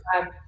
time